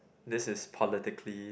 this is politically